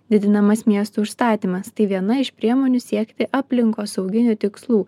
didinamas miestų užstatymas tai viena iš priemonių siekti aplinkosauginių tikslų